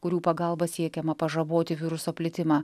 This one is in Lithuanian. kurių pagalba siekiama pažaboti viruso plitimą